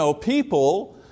people